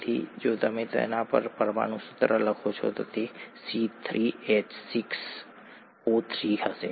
તેથી જો તમે જો તમે પરમાણુ સૂત્ર લખો છો તો તે C3H6O3 હશે